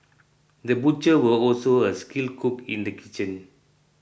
the butcher was also a skilled cook in the kitchen